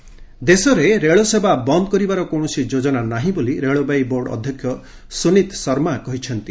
rail ଦେଶରେ ରେଳସେବା ବନ୍ଦ୍ କରିବାର କୌଣସି ଯୋଜନା ନାହିଁ ବୋଲି ରେଳବାଇ ବୋର୍ଡ଼ ଅଧ୍ୟକ୍ଷ ସୁନୀତ୍ ଶର୍ମା କହିଛନ୍ତି